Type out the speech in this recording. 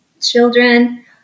children